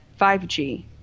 5G